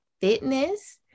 fitness